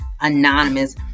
Anonymous